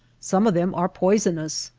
some of them are poisonous,